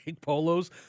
polos